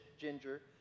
Ginger